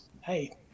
Hey